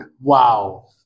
Wow